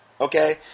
okay